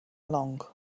along